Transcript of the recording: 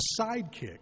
sidekick